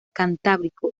cantábrico